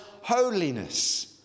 holiness